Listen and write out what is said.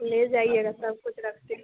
ले जाइएगा सब कुछ रखते हैं